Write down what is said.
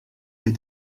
les